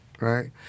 right